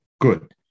Good